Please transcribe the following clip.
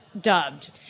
dubbed